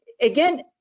again